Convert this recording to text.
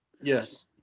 Yes